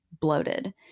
bloated